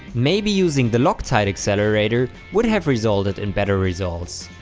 maybe using the loctite accelerator would have resulted in better results.